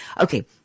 Okay